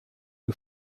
who